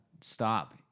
stop